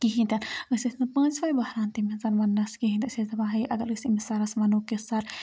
کِہیٖنۍ تہِ نہ أسۍ ٲسۍ نہٕ پانژوے بہران تمِس کِہیٖنۍ أسۍ ٲسۍ دپان ہے اگر أسۍ أمِس سَرَس وَنو کینٛہہ ہے سَر